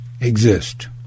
exist